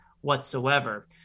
whatsoever